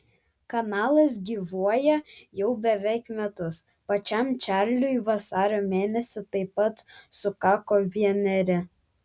kanalas gyvuoja jau beveik metus pačiam čarliui vasario mėnesį taip pat sukako vieneri